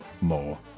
more